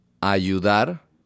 ayudar